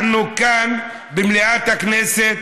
אנחנו כאן במליאת הכנסת,